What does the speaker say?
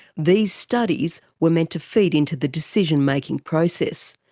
these studies were meant to feed into the decision-making process,